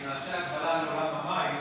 אם נעשה הקבלה לעולם המים,